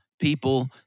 people